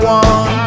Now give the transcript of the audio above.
one